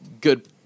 good